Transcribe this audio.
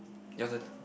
your turn